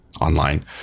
online